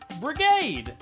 Brigade